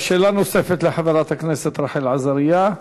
שאלה נוספת לחברת הכנסת רחל עזריה.